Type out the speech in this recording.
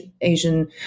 Asian